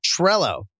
Trello